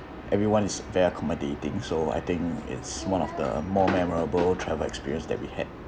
everyone is very accommodating so I think it's one of the more memorable travel experience that we had